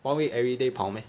one week everyday 跑 meh